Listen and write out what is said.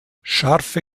scharfe